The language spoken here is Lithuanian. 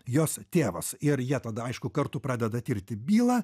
jos tėvas ir jie tada aišku kartu pradeda tirti bylą